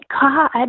God